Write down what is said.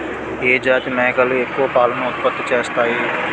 ఏ జాతి మేకలు ఎక్కువ పాలను ఉత్పత్తి చేస్తాయి?